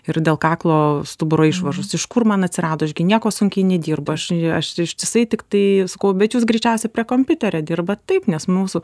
ir dėl kaklo stuburo išvaržos iš kur man atsirado aš gi nieko sunkiai nedirbu aš aš ištisai tiktai sakau bet jūs greičiausiai prie kompiuterio dirbat taip nes mūsų